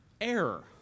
Error